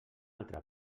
altra